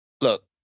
look